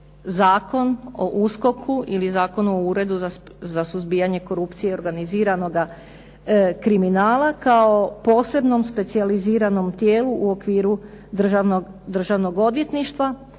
Zakon o USKOK-u ili Zakon o Uredu za suzbijanje korupcije i organiziranoga kriminala kao posebnom specijaliziranom tijelu u okviru državnog odvjetništva